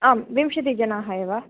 आं विंशतिजनाः एव